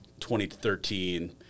2013